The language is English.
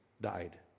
died